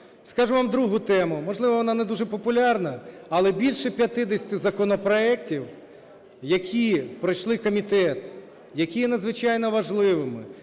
Скажу вам другу тему, можливо, вона не дуже популярна, але більше 50 законопроектів, які пройшли комітет, які є надзвичайно важливими,